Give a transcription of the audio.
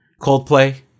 coldplay